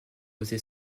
osé